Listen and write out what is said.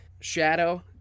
shadow